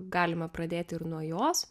galima pradėti ir nuo jos